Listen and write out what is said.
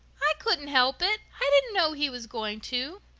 i couldn't help it. i didn't know he was going to,